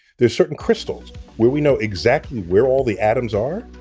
there's certain crystals where we know exactly where all the atoms are,